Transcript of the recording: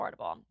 affordable